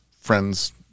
friends